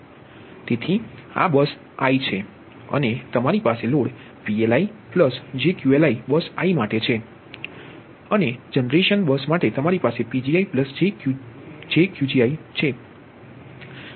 તેથી આ bus i છે અને તમારી પાસે load PLi jQLi bus i માટે છે અને જનરેશન બસ માટે તમારી પાસે Pgi jQqi છે